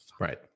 right